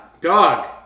Dog